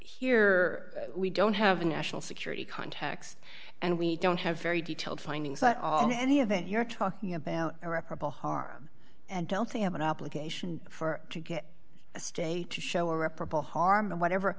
here we don't have a national security context and we don't have very detailed findings that any of that you're talking about irreparable harm and don't they have an obligation for to get a state to show irreparable harm or whatever